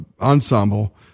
ensemble